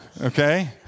Okay